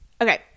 okay